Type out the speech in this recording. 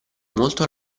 molto